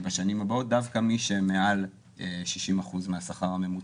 בשנים הבאות, דווקא מי שמעל 60% מהשכר הממוצע.